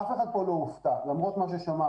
אף אחד כאן לא הופתע למרות מה ששמענו.